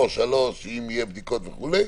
או 3 אם יהיו בדיקות וכו'